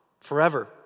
forever